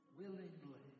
willingly